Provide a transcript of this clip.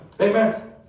Amen